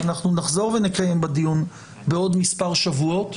ואנחנו נחזור ונקיים בה דיון בעוד מספר שבועות,